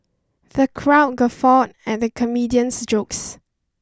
the crowd guffawed at the comedian's jokes